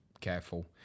careful